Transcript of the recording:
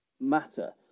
matter